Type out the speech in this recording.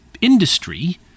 industry